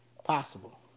Possible